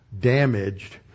damaged